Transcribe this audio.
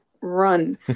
run